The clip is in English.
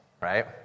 right